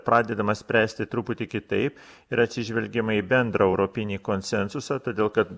pradedama spręsti truputį kitaip ir atsižvelgiama į bendrą europinį konsensusą todėl kad